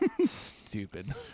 Stupid